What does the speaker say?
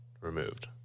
removed